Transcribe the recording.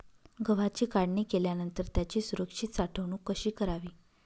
गव्हाची काढणी केल्यानंतर त्याची सुरक्षित साठवणूक कशी करावी?